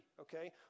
okay